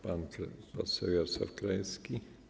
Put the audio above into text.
Pan poseł Jarosław Krajewski.